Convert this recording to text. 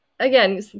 Again